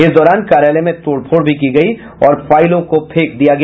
इस दौरान कार्यालय में तोड़फोड़ भी की गई और फाइलों को फेंक दिया गया